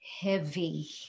heavy